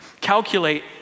Calculate